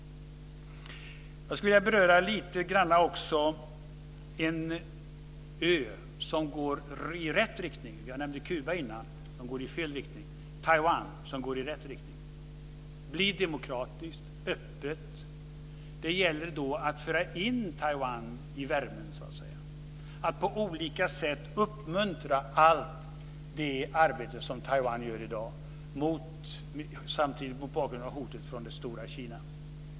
Jag skulle också lite grann vilja beröra en ö som går i rätt riktning - jag nämnde tidigare Kuba, som går i fel riktning - nämligen Taiwan, som blir demokratiskt och öppet. Det gäller då att föra in Taiwan i värmen, att på olika sätt uppmuntra allt det arbete som Taiwan gör i dag, samtidigt mot bakgrund av hotet från det stora Kina.